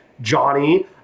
Johnny